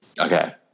Okay